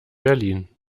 berlin